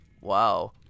wow